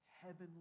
heavenly